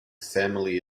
family